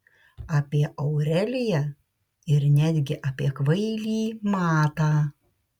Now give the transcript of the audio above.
apie aureliją ir netgi apie kvailį matą